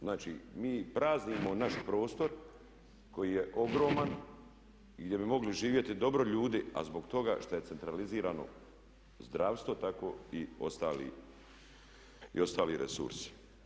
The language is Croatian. Znači, mi praznimo naš prostor koji je ogroman i gdje bi mogli živjeti dobro ljudi, a zbog toga što je centralizirano zdravstvo tako i ostali resursi.